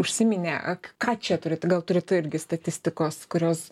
užsiminė ak ką čia turite gal turit irgi statistikos kurios